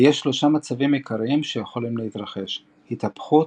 ויש שלושה מצבים עיקריים שיכולים להתרחש התהפכות,